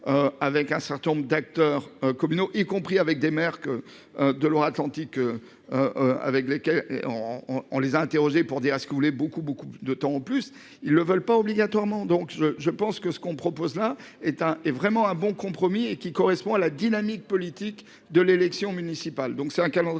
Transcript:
avec un certain nombre d'acteurs communaux, y compris avec des maires. De Loire-Atlantique. Avec lesquels on on les interroger pour dire à ce que vous voulez beaucoup beaucoup de temps. En plus, ils ne veulent pas obligatoirement donc je je pense que ce qu'on propose la éteint est vraiment un bon compromis et qui correspond à la dynamique politique de l'élection municipale.